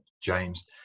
James